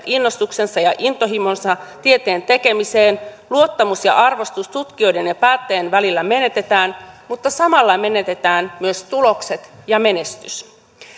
innostuksensa ja intohimonsa tieteen tekemiseen luottamus ja arvostus tutkijoiden ja päättäjien välillä menetetään mutta samalla menetetään myös tulokset ja menestys